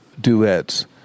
duets